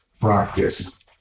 practice